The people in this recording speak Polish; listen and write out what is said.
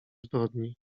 zbrodni